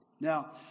Now